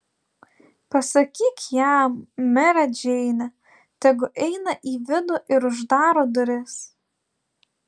pasakyk jam mere džeine tegu eina į vidų ir uždaro duris